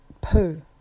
poo